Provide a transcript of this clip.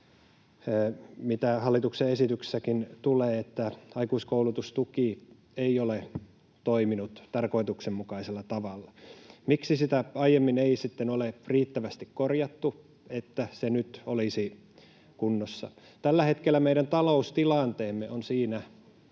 mihin hallituksen esityskin tulee, että aikuiskoulutustuki ei ole toiminut tarkoituksenmukaisella tavalla. [Vasemmalta: Aika hyvin toiminut!] Miksi sitä aiemmin ei sitten ole riittävästi korjattu, että se nyt olisi kunnossa? Tällä hetkellä meidän taloustilanteemme on siinä